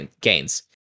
gains